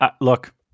Look